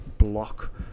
Block